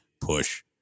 push